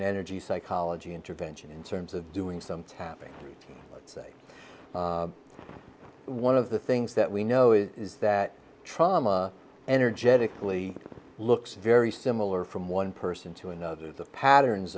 an energy psychology intervention in terms of doing some tapping let's say one of the things that we know is that trauma energetically looks very similar from one person to another the patterns